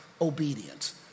obedience